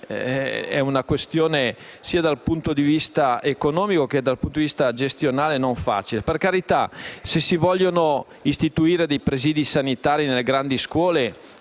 Grazie,